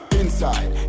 inside